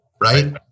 right